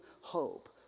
hope